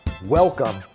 Welcome